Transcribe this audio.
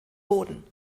boden